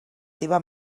teva